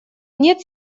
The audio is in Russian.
нет